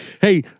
Hey